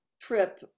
trip